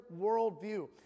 worldview